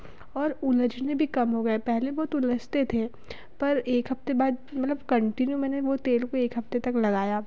और उलझने भी कम हो गए पहले बहुत उलझते थे पर एक हफ़्ते बात मतलब कंटिन्यू मैंने वह तेल को एक हफ़्ते तक लगाया